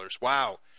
Wow